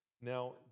now